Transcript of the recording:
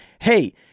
hey